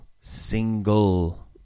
Single